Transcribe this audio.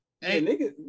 Hey